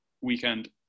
weekend